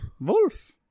Wolf